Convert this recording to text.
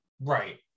right